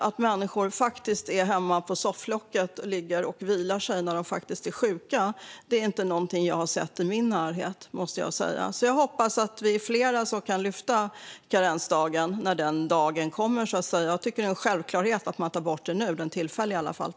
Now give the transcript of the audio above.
Att människor ligger och vilar sig hemma på sofflocket när de faktiskt inte är sjuka är inte något jag har sett i min närhet. Jag hoppas att vi är flera som kan lyfta karensdagen när den dagen kommer. Jag tycker att det är en självklarhet att man tar bort den nu, tillfälligt i alla fall.